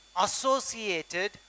associated